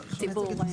ציבור.